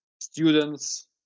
students